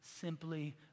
simply